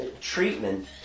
treatment